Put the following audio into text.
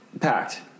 packed